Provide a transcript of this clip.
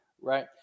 right